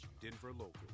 denverlocal